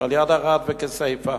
שליד ערד וכסייפה